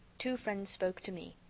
two friends spoke to me.